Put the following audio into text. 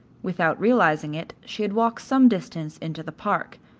without realizing it she had walked some distance into the park,